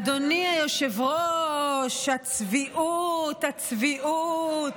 אדוני היושב-ראש, הצביעות, הצביעות.